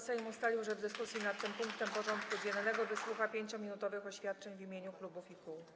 Sejm ustalił, że w dyskusji nad tym punktem porządku dziennego wysłucha 5-minutowych oświadczeń w imieniu klubów i kół.